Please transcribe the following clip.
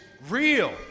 real